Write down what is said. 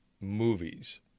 movies